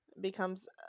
Becomes